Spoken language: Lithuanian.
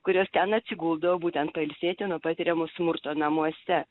kurios ten atsiguldavo būtent pailsėti nuo patiriamo smurto namuose